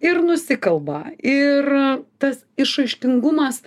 ir nusikalba ir tas išraiškingumas